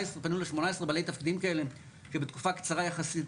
בעלי תפקידים כאלה שבתקופה קצרה יחסית,